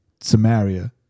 Samaria